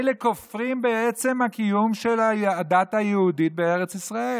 אלה כופרים בעצם הקיום של הדת היהודית בארץ ישראל.